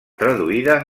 traduïda